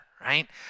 right